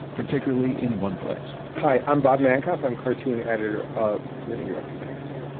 particularly in one place hi, i'm bob mankoff. i'm cartoon editor of the new yorker magazine.